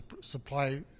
supply